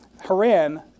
Haran